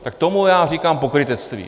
Tak tomu já říkám pokrytectví.